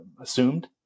assumed